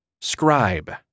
scribe